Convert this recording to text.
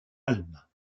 alma